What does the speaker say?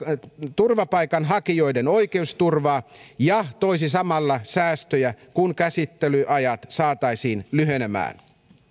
turvapaikanhakijoiden oikeusturvaa ja toisi samalla säästöjä kun käsittelyajat saataisiin lyhenemään